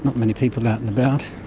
many people out and about